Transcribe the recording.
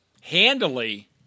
handily